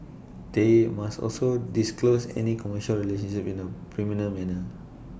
they must also disclose any commercial relationships in A prominent manner